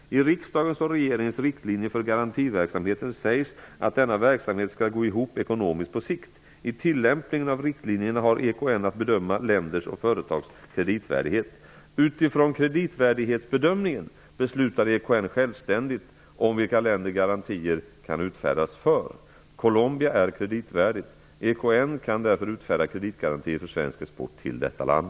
I riksdagens och regeringens riktlinjer för garantiverksamheten sägs att denna verksamhet skall gå ihop ekonomiskt på sikt. I tillämpningen av riktlinjerna har EKN att bedöma länders och företags kreditvärdighet. EKN självständigt om vilka länder garantier kan utfärdas för. Colombia är kreditvärdigt. EKN kan därför utfärda kreditgarantier för svensk export till detta land.